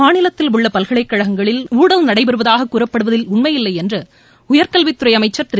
மாநிலத்தில் உள்ள பல்கலைக்கழகங்களில் ஊழல் நடைபெறுவதாக கூறப்படுவதில் உண்மையில்லை என்று உயர்கல்வித்துறை அமைச்சர் திரு